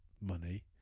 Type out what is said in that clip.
money